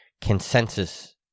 consensus